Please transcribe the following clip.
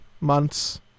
months